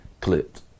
clipped